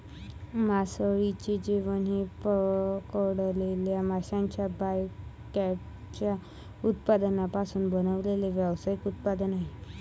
मासळीचे जेवण हे पकडलेल्या माशांच्या बायकॅचच्या उत्पादनांपासून बनवलेले व्यावसायिक उत्पादन आहे